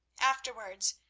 afterwards,